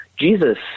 Jesus